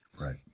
Right